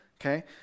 okay